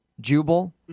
Jubal